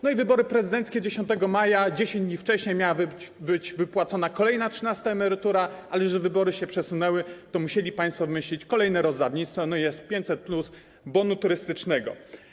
No i wybory prezydenckie 10 maja - 10 dni wcześniej miała być wypłacona kolejna trzynasta emerytura, ale że wybory się przesunęły, to musieli państwo wymyślić następne rozdawnictwo, no i jest 500+ w postaci bonu turystycznego.